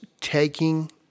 taking